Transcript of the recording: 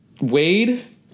Wade